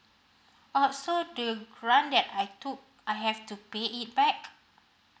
uh so the grant that I took I have to pay it back